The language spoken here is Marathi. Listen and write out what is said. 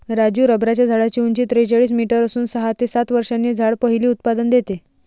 राजू रबराच्या झाडाची उंची त्रेचाळीस मीटर असून सहा ते सात वर्षांनी झाड पहिले उत्पादन देते